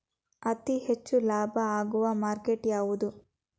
ಅತಿ ಹೆಚ್ಚು ಲಾಭ ಆಗುವ ಮಾರ್ಕೆಟ್ ಯಾವುದು?